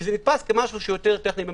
וזה נתפס כמשהו טכני יותר במהותו.